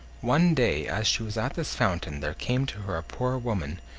one day, as she was at this fountain, there came to her a poor woman,